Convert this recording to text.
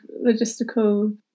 logistical